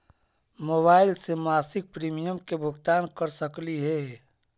Mobile से मासिक premium के भुगतान कर सकली हे?